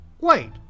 Wait